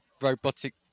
robotic